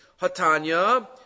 Hatanya